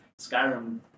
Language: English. Skyrim